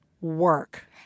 work